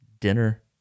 Dinner